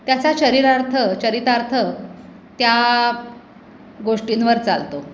त्याचा चरितार्थ चरितार्थ त्या गोष्टींवर चालतो